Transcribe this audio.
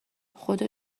خدا